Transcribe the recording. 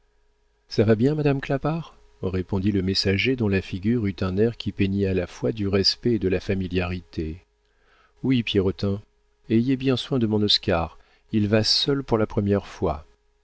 ça va bien madame clapart répondit le messager dont la figure eut un air qui peignit à la fois du respect et de la familiarité oui pierrotin ayez bien soin de mon oscar il va seul pour la première fois